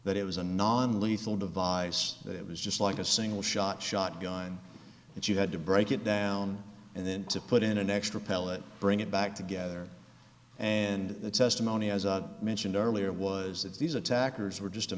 that it was a non lethal device that was just like a single shot shotgun that you had to break it down and then to put in an extra pellet bring it back together and the testimony as i mentioned earlier was that these attackers were just a